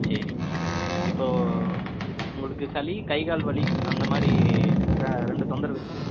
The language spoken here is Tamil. சரிங்க இப்போ உங்களுக்கு சளி கை கால் வலி அந்தமாதிரி ரெண்டு தொந்தரவு இருக்கு